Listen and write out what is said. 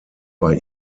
bei